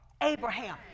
Abraham